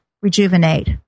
rejuvenate